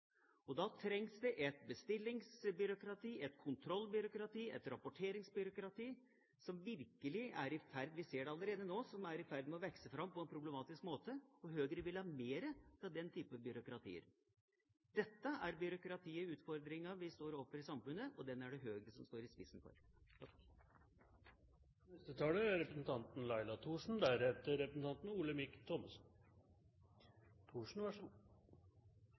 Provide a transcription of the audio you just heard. Og da trengs det et bestillingsbyråkrati, et kontrollbyråkrati og et rapporteringsbyråkrati – vi ser det allerede nå – som virkelig er i ferd med å vokse fram på en problematisk måte, og Høyre vil ha mer av den type byråkratier. Dette er den byråkratiutfordringa vi står overfor i samfunnet, og den er det Høyre som står i spissen for. Jeg er